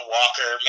Walker